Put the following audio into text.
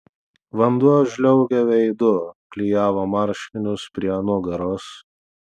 vanduo žliaugė veidu klijavo marškinius prie nugaros